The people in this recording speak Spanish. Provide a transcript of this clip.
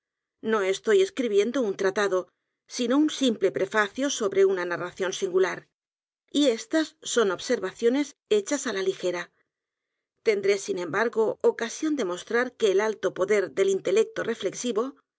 no estoy escribiendo un t r a t a d o sino un simple prefacio sobre una narración s i n g u l a r y éstas son observaciones hechas á la l i g e r a tendré sin embargo ocasión de mostrar que el alto poder del intelecto reflexivo